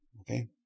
Okay